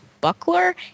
Buckler